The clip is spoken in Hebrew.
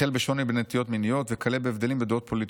החל בשונה בנטיות מיניות וכלה בהבדלים בדעות פוליטיות.